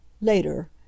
Later